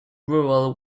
rural